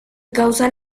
causan